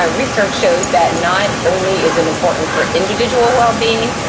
ah research shows that not only is it important for individual well being,